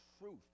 truth